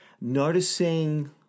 noticing